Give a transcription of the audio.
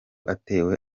atewe